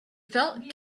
felt